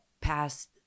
past